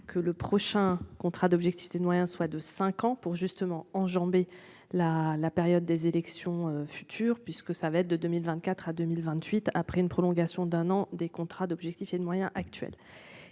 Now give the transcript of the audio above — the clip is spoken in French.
que le prochain contrat d'objectivité de moyens soit de 5 ans pour justement enjamber. La, la période des élections futures puisque ça va être de 2024 à 2028 après une prolongation d'un an des contrats d'objectifs et de moyens actuels.